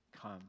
come